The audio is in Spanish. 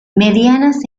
medianas